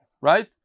Right